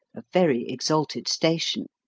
a very exalted station.